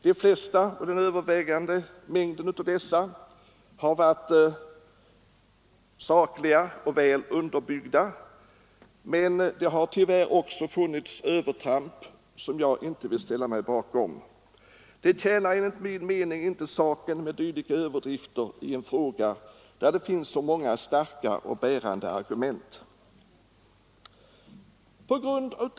Den överväldigande delen av dessa yttringar har varit sakliga och väl underbyggda. Men det har också tyvärr funnits övertramp, som jag inte vill ha något att göra med. Det tjänar enligt min mening inte saken med dylika överdrifter i en fråga där det finns så många starka och bärande argument.